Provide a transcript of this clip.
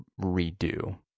redo